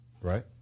right